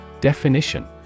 Definition